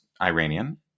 Iranian